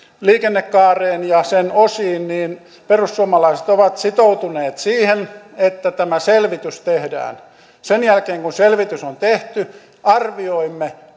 liikennekaareen ja sen osiin niin perussuomalaiset ovat sitoutuneet siihen että tämä selvitys tehdään sen jälkeen kun selvitys on tehty arvioimme